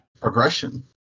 progression